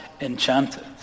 enchanted